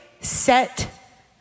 set